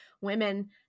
women